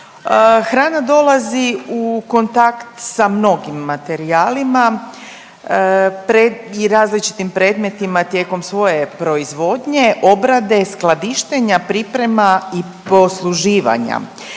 Hrana dolazi u kontakt sa mnogim materijalima i različitim predmetima tijekom svoje proizvodnje, obrade, skladištenja, priprema i posluživanja